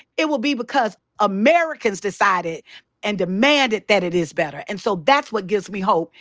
it will be because americans decided and demanded that it is better. and so that's what gives me hope.